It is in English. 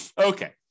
Okay